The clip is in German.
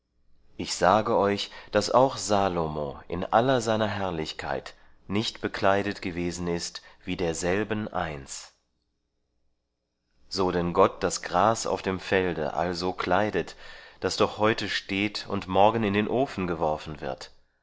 ich sage euch daß auch salomo in aller seiner herrlichkeit nicht bekleidet gewesen ist wie derselben eins so denn gott das gras auf dem felde also kleidet das doch heute steht und morgen in den ofen geworfen wird